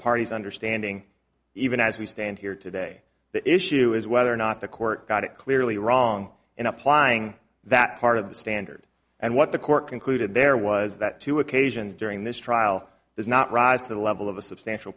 party's understanding even as we stand here today the issue is whether or not the court got it clearly wrong in applying that part of the standard and what the court concluded there was that two occasions during this trial does not rise to the level of a substantial